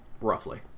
Roughly